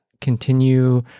continue